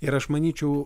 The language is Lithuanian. ir aš manyčiau